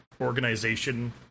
organization